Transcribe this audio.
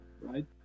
right